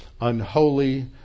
unholy